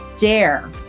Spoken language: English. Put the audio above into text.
dare